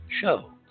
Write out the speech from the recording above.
show